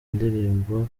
ndirimbo